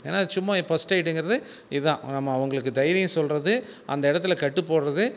ஏன்னா சும்மா எப் ஃபர்ஸ்ட் எய்டுங்கிறது இதான் நம்ம அவங்களுக்கு தைரியம் சொல்லுறது அந்த இடத்துல கட்டு போடுறது